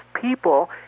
people